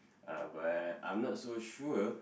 uh but I'm not so sure